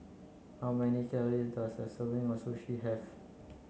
how many calories does a serving of Sushi have